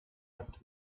als